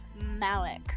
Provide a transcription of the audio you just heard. Malik